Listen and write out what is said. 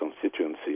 constituency